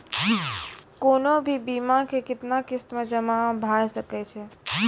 कोनो भी बीमा के कितना किस्त मे जमा भाय सके छै?